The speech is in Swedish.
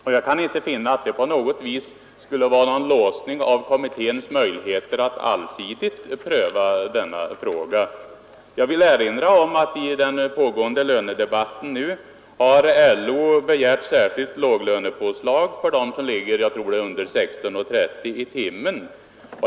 Det kan inte på något vis innebära en låsning av kommitténs möjligheter att allsidigt pröva denna fråga. Jag vill erinra om att i den pågående lönedebatten LO har begärt särskilt låglönepåslag för dem som ligger lågt — jag tror det är under 16:30 i timmen.